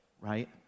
Right